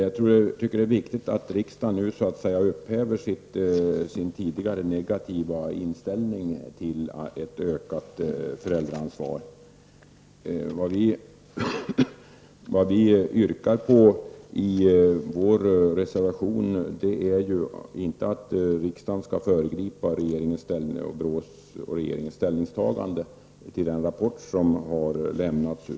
Jag tycker att det är viktigt att riksdagen nu upphäver sin tidigare negativa inställning till ett ökat föräldraansvar. Vad vi yrkar på i vår reservation är inte att riksdagen skall föregripa BRÅs och regeringens ställningstagande i fråga om den rapport som har lämnats.